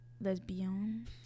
lesbian